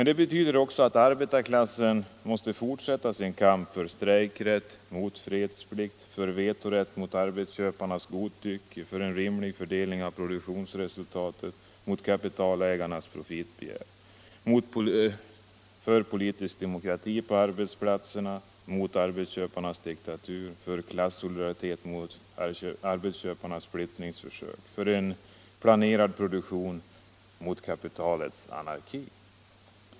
Det betyder att arbetarklassen måste fortsätta sin kamp för strejkrätt, mot fredsplikt, för vetorätt mot arbetsköparnas godtycke, för en rimlig fördelning av produktionsresultaten mot kapitalägarnas profitbegär, för politisk demokrati på arbetsplatserna mot arbetsköparnas diktatur, för klassolidaritet mot arbetsköparnas splittringsförsök och för en planerad produktion mot kapitalets anarki.